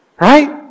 Right